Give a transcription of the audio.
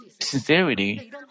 sincerity